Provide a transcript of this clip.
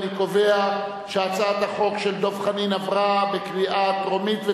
אני קובע שהצעת החוק של דב חנין עברה בקריאה טרומית,